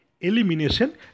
elimination